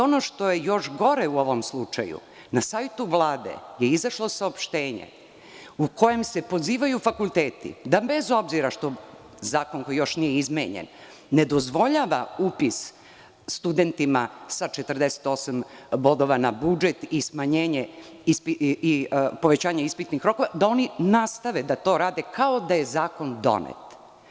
Ono što je još gore u ovom slučaju, na sajtu Vlade je izašlo saopštenje u kojem se pozivaju fakulteti, bez obzira što zakon još nije izmenjen, da ne dozvole upis studentima sa 48 bodova na budžet i povećanje ispitnih rokova, da oni nastave to da rade kao da je zakon donet.